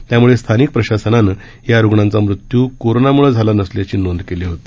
त्यामुळे स्थानिक प्रशासनानं या रुग्णांचा मृत्यू कोरोनामुळं झाला नसल्याची नोंद केली होती